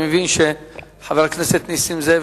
אני מבין שחבר הכנסת נסים זאב,